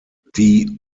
die